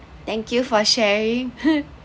thank you for sharing